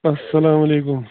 اسلام وعلیکُم